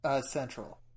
Central